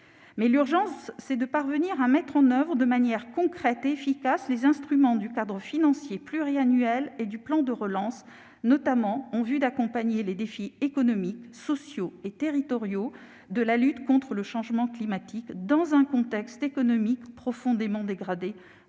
est toutefois de parvenir à mettre en oeuvre de manière concrète et efficace les instruments du cadre financier pluriannuel et du plan de relance, notamment en vue d'accompagner les défis économiques, sociaux et territoriaux de la lutte contre le changement climatique dans un contexte économique profondément dégradé